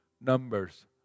numbers